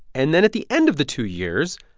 and then at the end of the two years,